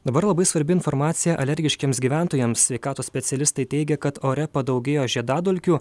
dabar labai svarbi informacija alergiškiems gyventojams sveikatos specialistai teigia kad ore padaugėjo žiedadulkių